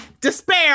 Despair